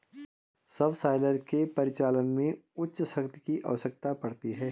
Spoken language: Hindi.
सबसॉइलर के परिचालन में उच्च शक्ति की आवश्यकता पड़ती है